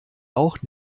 auch